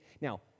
Now